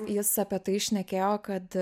jis apie tai šnekėjo kad